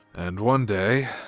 and one day,